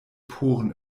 poren